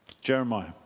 Jeremiah